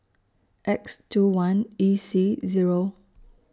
X two one E C Zero